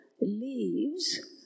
leaves